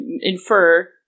infer